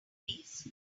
bees